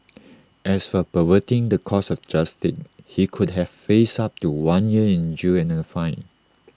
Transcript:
as for perverting the course of justice he could have faced up to one year in jail and A fine